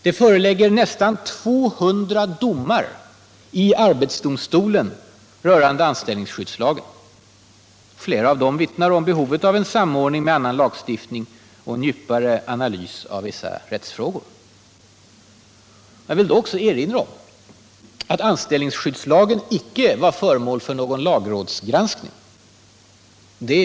Det föreligger nästan 200 domar i arbetsdomstolen rörande anställningsskyddslagen. Flera av dem vittnar om behovet av en samordning med annan lagstiftning och en djupare analys av vissa rättsfrågor. Jag vill också erinra om att anställningsskyddslagen inte var föremål för någon lagrådsgranskning.